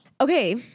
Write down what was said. Okay